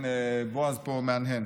הינה, בועז פה מהנהן.